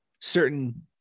certain